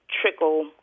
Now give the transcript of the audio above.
trickle